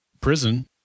prison